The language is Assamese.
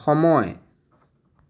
সময়